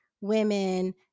women